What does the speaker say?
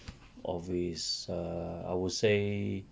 of his err I would say